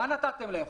מה נתתם להם?